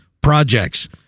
projects